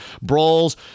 brawls